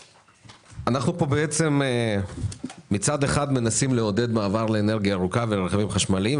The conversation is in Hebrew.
אנחנו מצד אחד מנסים לעודד מעבר לאנרגיה ירוקה ורכבים חשמליים,